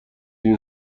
این